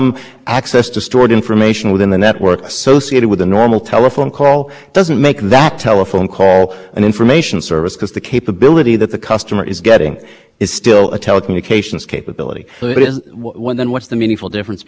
service because the capability that the customer is getting is still a telecommunications capability one then what's the meaningful difference because back in the days of phones there were database information processing functioning going on in the background that allowed a